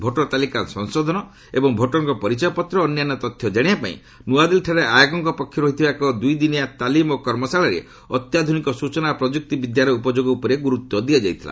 voter ତାଲିକା ସଂଶୋଧନ ଏବଂ ଭୋଟରଙ୍କ ପରିଚୟପତ୍ର ଓ ଅନ୍ୟାନ୍ୟ ତଥ୍ୟ ଜାଣିବା ପାଇଁ ନୁଆଦିଲ୍ଲୀଠାରେ ଆୟୋଗଙ୍କ ପକ୍ଷରୁ ହୋଇଥିବା ଏକ ଦୁଇଦିନିଆ ତାଲିମ ଓ କର୍ମଶାଳାରେ ଅତ୍ୟାଧୁନିକ ସୂଚନା ଓ ପ୍ରଯୁକ୍ତି ବିଦ୍ୟାର ଉପଯୋଗ ଉପରେ ଗୁରୁତ୍ୱ ଦିଆଯାଇଥିଲା